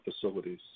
facilities